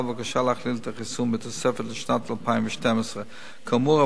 בבקשה להכליל את החיסון בתוספת לשנת 2012. כאמור,